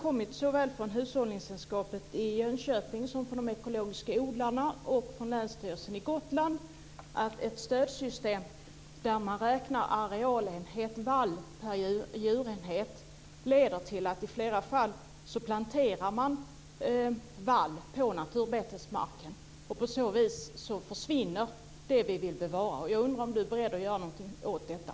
Såväl från Hushållningssällskapet i Jönköping som från de ekologiska odlarna och från Länsstyrelsen på Gotland har det framkommit att ett stödsystem där man räknar arealenhet vall per djurenhet leder till att man i flera fall planterar vall på naturbetesmark. På så vis försvinner det vi vill bevara.